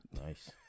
Nice